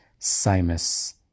simus